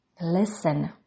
Listen